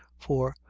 for,